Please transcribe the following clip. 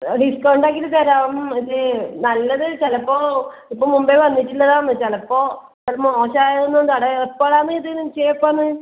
discount ആക്കീട്ട് തരാം ഇത് നല്ലത് ചിലപ്പോള് ഇപ്പോള് മുമ്പേ വന്നിട്ട് ഉള്ളതാണ് ചെലപ്പോ അത് മോശം ആയത് ഒന്നും തടയാ എപ്പോഴാണ് ഇത് നിശ്ചയം എപ്പാന്ന്